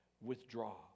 withdraw